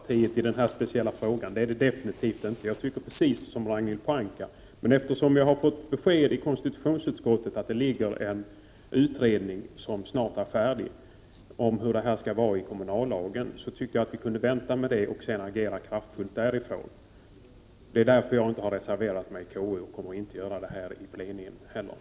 Herr talman! Mitt ställningstagande i denna fråga har definitivt inte ändrats. Jag tycker precis som Ragnhild Pohanka, men eftersom jag i konstitutionsutskottet har fått besked om att det pågår en utredning, som snart är färdig att lägga fram förslag om hur bestämmelserna i kommunallagen skall vara utformade, tycker jag att vi kunde vänta och därefter agera kraftfullt. Det är därför jag inte reserverat mig i KU, och jag kommer inte heller att ställa något yrkande här i kammaren.